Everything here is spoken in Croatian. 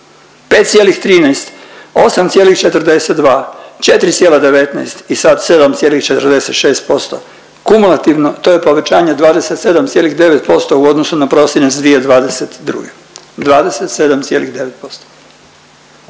5,13, 8,42, 4,19 i sad 7,46%, kumulativno to je povećanje 27,9% u odnosu na prosinac 2022., 27,9%.